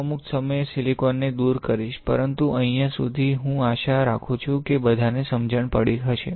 હું અમુક સમયે સિલિકોન ને દૂર કરીશ પરંતુ અહીં સુધી હું આશા રાખું છું કે બધને સમજણ પડી હશે